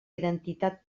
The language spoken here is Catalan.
identitat